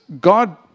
God